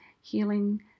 healing